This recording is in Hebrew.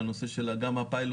לנושא של הפיילוטים,